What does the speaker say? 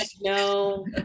No